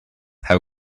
how